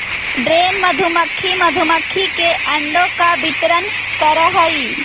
drone मधुमक्खी मधुमक्खी के अंडों का वितरण करअ हई